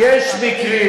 יש מקרים,